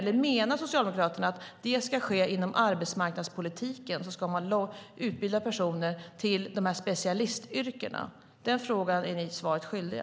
Menar ni socialdemokrater att det ska ske inom arbetsmarknadspolitiken, genom att utbilda personer till dessa specialistyrken? Den frågan är ni svaret skyldiga.